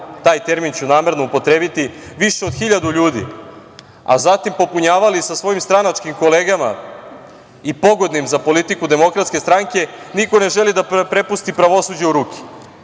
taj termin ću namerno upotrebiti, više od 1.000 ljudi, a zatim popunjavali sa svojim stranačkim kolegama i pogodnim za politiku DS, niko ne želi da prepusti pravosuđu u ruke.